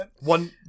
One